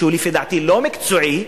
שלפי דעתי אינה מקצועית,